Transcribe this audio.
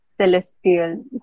celestial